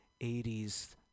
80s